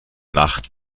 nacht